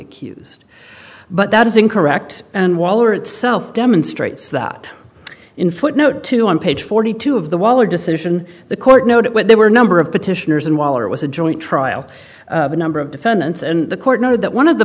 accused but that is incorrect and waller itself demonstrates that in footnote two on page forty two of the wall or decision the court noted when there were a number of petitioners and while it was a joint trial number of defendants and the court noted that one of the